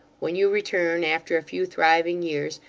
when you return, after a few thriving years,